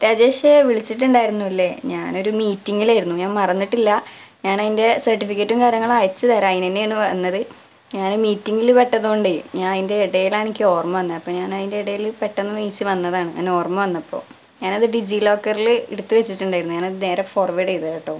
രാജേഷെ വിളിച്ചിട്ടുണ്ടായിരുന്നുല്ലെ ഞാനൊരു മീറ്റിങ്ങിലായിരുന്നു ഞാൻ മറന്നിട്ടില്ല ഞാനതിൻ്റെ സർട്ടിഫികറ്റും കാര്യങ്ങളും അയച്ചു തരിക അതിനനേണു വന്നതു ഞാൻ മീറ്റിങ്ങിൽ പെട്ടതു കൊണ്ടു ഞാൻ അതിൻ്റെ ഇടയിലാണെനിക്ക് ഓർമ്മ വന്നത് അപ്പോൾ ഞാൻ അതിൻ്റെ ഇടയിൽ പെട്ടെന്നു നീച്ചു വന്നതാണ് ഇങ്ങനെ ഓർമ്മ വന്നപ്പോൾ ഞാൻ അതു ഡിജിലോക്കറിൽ എടുത്തു വെച്ചിട്ടുണ്ട് ഞാൻ അതു നേരെ ഫോർവേഡ് ചെയ്തു തരാം കേട്ടോ